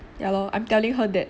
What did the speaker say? ya lor I'm telling her that